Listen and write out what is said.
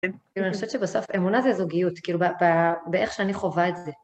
אני חושבת שבסוף אמונה זה זוגיות, כאילו באיך שאני חובה את זה.